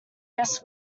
just